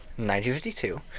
1952